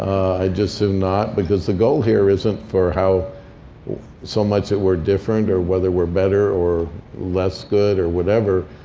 i'd just as soon not. because the goal here isn't for how so much that we're different, or whether we're better or less good, or whatever.